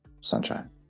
sunshine